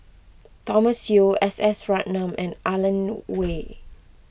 Thomas Yeo S S Ratnam and Alan Oei